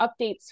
updates